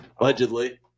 Allegedly